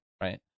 right